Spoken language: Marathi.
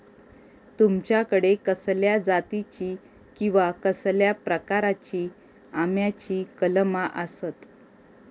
तुमच्याकडे कसल्या जातीची किवा कसल्या प्रकाराची आम्याची कलमा आसत?